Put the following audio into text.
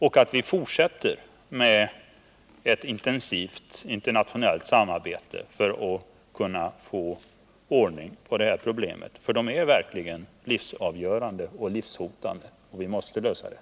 Vidare måste vi fortsätta med ett intensivt internationellt samarbete för att kunna få ordning på de här problemen. De är verkligen livsavgörande och Nr 39 livshotande, och vi måste lösa dem.